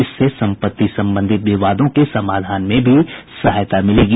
इससे संपत्ति संबंधित विवादों के समाधान में भी सहायता मिलेगी